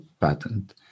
patent